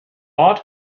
ort